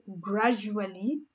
gradually